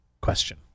question